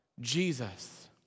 Jesus